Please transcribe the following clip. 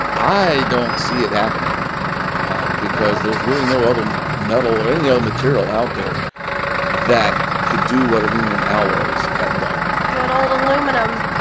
i don't see it happening because there's really no other metal or any other material out there that could do what aluminum alloys have done good old aluminum.